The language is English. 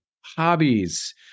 Hobbies